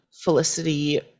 Felicity